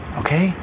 okay